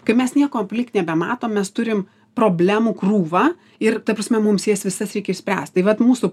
kai mes nieko aplik nebematom mes turim problemų krūvą ir ta prasme mums jas visas reikia išspręst tai vat mūsų